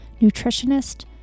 nutritionist